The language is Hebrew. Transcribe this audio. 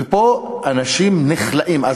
ופה אנשים נכלאים.